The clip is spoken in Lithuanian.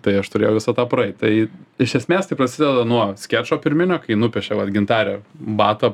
tai aš turėjau visą tą praeit tai iš esmės tai prasideda nuo skečo pirminio kai nupiešia va gintarė batą